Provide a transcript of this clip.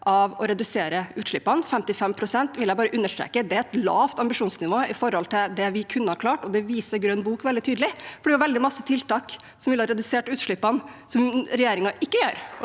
for å redusere utslippene. Jeg vil understreke at 55 pst. er et lavt ambisjonsnivå i forhold til det vi kunne ha klart. Det viser Grønn bok veldig tydelig, for det er veldig mange tiltak som ville ha redusert utslippene, som regjeringen ikke gjør,